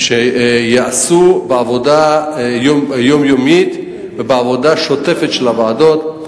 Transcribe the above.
ייעשו בעבודה יומיומית ובעבודה שוטפת של הוועדות.